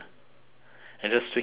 and just tweak it a little bit